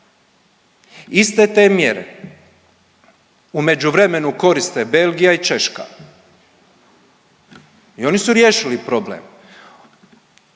Iste te mjere u međuvremenu koriste Belgija i Češka i oni su riješili problem.